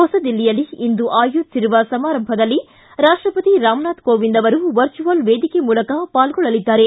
ಹೊಸದಿಲ್ಲಿಯಲ್ಲಿ ಇಂದು ಆಯೋಜಿಸಿರುವ ಸಮಾರಂಭದಲ್ಲಿ ರಾಷ್ಟಪತಿ ರಾಮನಾಥ್ ಕೋವಿಂದ್ ವರ್ಚುವಲ್ ವೇದಿಕೆ ಮೂಲಕ ಪಾಲ್ಗೊಳ್ಳಲಿದ್ದಾರೆ